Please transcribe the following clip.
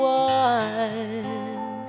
one